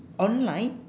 online